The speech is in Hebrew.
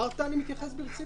אמרת שאנחנו ועדה רצינית.